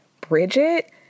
Bridget